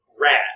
Rad